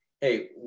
hey